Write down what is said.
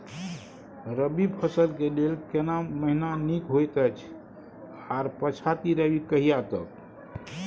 रबी फसल के लेल केना महीना नीक होयत अछि आर पछाति रबी कहिया तक?